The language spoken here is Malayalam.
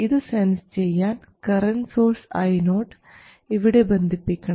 ഇത് സെൻസ് ചെയ്യാൻ കറൻറ് സോഴ്സ് Io ഇവിടെ ബന്ധിപ്പിക്കണം